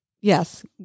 yes